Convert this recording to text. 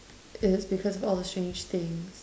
it because all the strange things